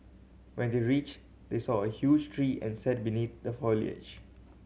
when they reached they saw a huge tree and sat beneath the foliage